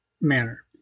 manner